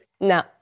No